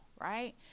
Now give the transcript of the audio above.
right